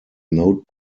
note